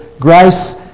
grace